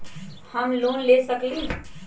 हम लोन ले सकील?